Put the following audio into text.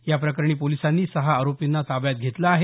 या प्रकरणी पोलिसांनी सहा आरोपींना ताब्यात घेतलं आहे